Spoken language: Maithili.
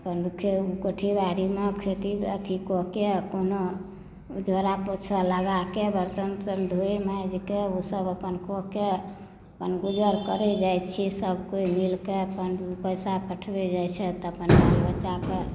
अपन कोठी बाड़ीमे खेती अथी कऽ के कोनो झोरा पोछा लगाके बर्तनसभ धोय माजिकेँ ओसभ अपन कऽ के अपन गुजर करय जाइत छी सभकोइ मिलकेँ अपन पैसा पठबै जाइत छथि तऽ अपन बाल बच्चाके